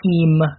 team